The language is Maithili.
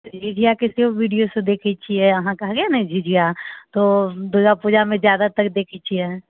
झिझिआके सेहो वीडियो सभ देखैत छियै अहाँ कहलियै ने झिझिआ तऽ ओ दुर्गापूजामे जादातर देखैत छियै